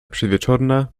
przedwieczorna